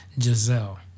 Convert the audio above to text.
Giselle